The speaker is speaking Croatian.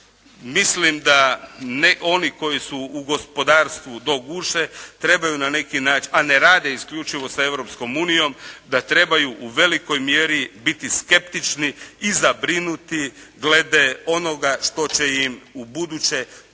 mislim da oni koji su u gospodarstvu do guše, trebaju na neki način, a ne rade isključivo sa Europskom unijom, da trebaju u velikoj mjeri biti skeptični i zabrinuti glede onoga što će im ubuduće donijeti